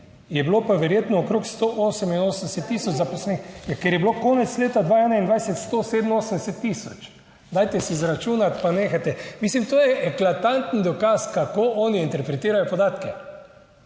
je bilo pa verjetno okrog 188 tisoč zaposlenih, ker je bilo konec leta 2021 - 187 tisoč. Dajte si izračunati, pa nehajte. Mislim, to je eklatanten dokaz, kako oni interpretirajo podatke.